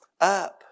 up